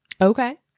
Okay